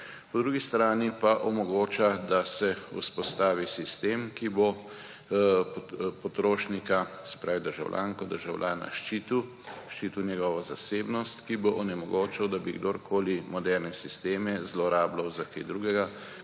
Po drugi strani pa omogoča, da se vzpostavi sistem, ki bo potrošnika, se pravi državljanko in državljana, ščitil, ščitil njegovo zasebnost, ki bo onemogočal, da bi kdorkoli moderne sisteme zlorabljal za kaj drugega